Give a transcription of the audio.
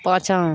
पाछाँ